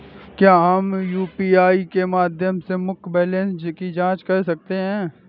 क्या हम यू.पी.आई के माध्यम से मुख्य बैंक बैलेंस की जाँच कर सकते हैं?